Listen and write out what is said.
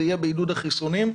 זה יהיה בעידוד החיסונים,